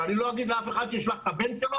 ואני לא אגיד לאף אחד שישלח את הבן שלו,